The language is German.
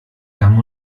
gang